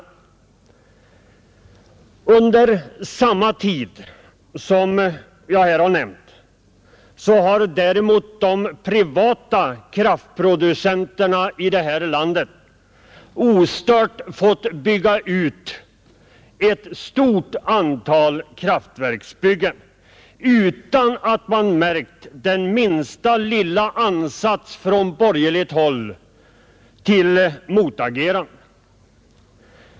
Under samma tid som jag här nämnt har däremot de privata kraftproducenterna i detta land ostört fått bygga ut ett stort antal kraftverk utan att man märkt den minsta lilla ansats från borgerligt håll till motagerande.